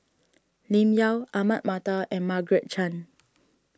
Lim Yau Ahmad Mattar and Margaret Chan